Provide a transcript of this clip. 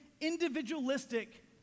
individualistic